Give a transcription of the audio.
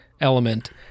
element